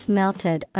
melted